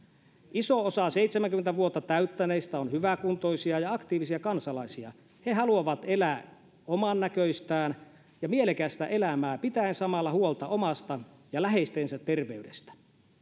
iso osa seitsemänkymmentä vuotta täyttäneistä on hyväkuntoisia ja aktiivisia kansalaisia he he haluavat elää omannäköistään ja mielekästä elämää pitäen samalla huolta omasta ja läheistensä terveydestä